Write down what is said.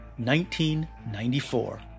1994